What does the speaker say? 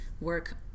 work